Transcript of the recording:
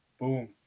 Boom